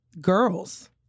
girls